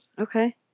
Okay